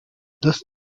dass